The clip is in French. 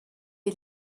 est